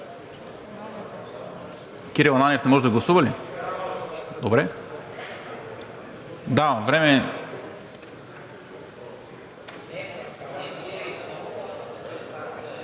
Кирил Ананиев не може да гласува ли? Добре. Давам време.